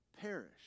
perish